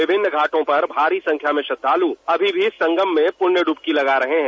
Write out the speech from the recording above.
विभिन्न घाटों पर भारी संख्या में श्रद्धालु अभी भी संगम में पुण्य डुबकी लगा रहे हैं